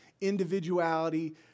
individuality